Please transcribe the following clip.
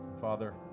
Father